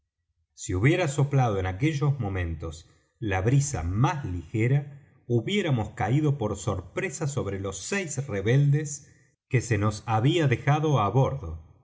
si hubiera soplado en aquellos momentos la brisa más ligera hubiéramos caído por sorpresa sobre los seis rebeldes que se nos había dejado á bordo